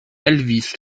elvis